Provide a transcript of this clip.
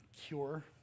cure